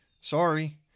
Sorry